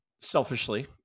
selfishly